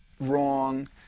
wrong